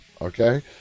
okay